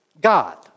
God